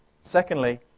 Secondly